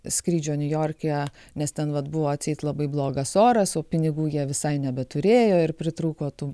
skrydžio niujorke nes ten vat buvo atseit labai blogas oras o pinigų jie visai nebeturėjo ir pritrūko tų